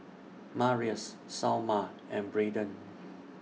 Marius Salma and Braiden